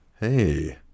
hey